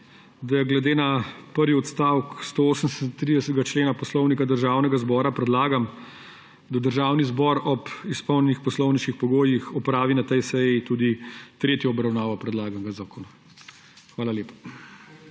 da glede na prvi odstavek 138. člena Poslovnika Državnega zbora predlagam, da Državni zbor ob izpolnjenih poslovniških pogojih opravi na tej seji tudi tretjo obravnavo predlaganega zakona. Hvala lepa.